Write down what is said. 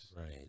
right